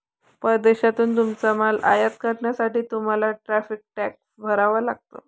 परदेशातून तुमचा माल आयात करण्यासाठी तुम्हाला टॅरिफ टॅक्स भरावा लागतो